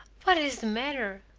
what is the matter?